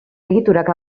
egiturak